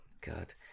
God